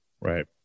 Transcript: Right